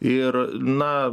ir na